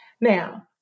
Now